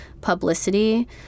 publicity